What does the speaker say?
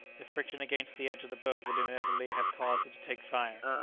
the friction against the edge of the boat would inevitably have caused it to take fire.